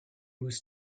was